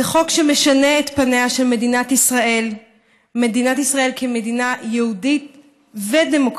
זה חוק שמשנה את פניה של מדינת ישראל כמדינה יהודית ודמוקרטית.